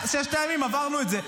ששת הימים, עברנו את זה.